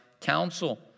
counsel